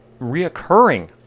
reoccurring